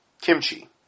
kimchi